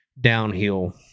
downhill